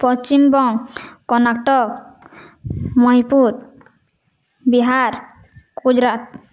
Paschimbanga Karnataka Manipur Bihar Gujarat